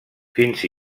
fins